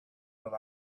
that